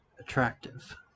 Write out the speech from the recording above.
attractive